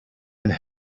and